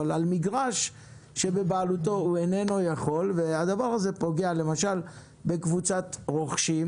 אבל על מגרש שבבעלותו הוא איננו יכול והדבר הזה פוגע למשל בקבוצת רוכשים